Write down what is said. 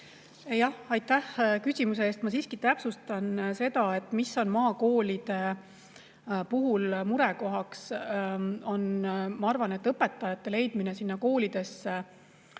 Aitäh küsimuse eest! Ma siiski täpsustan seda, mis on maakoolide puhul murekohaks. Ma arvan, et õpetajate leidmine neisse koolidesse